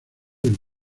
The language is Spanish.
del